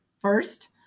first